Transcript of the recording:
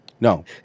No